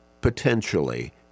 potentially